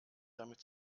damit